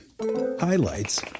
highlights